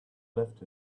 left